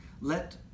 Let